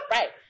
Right